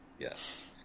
Yes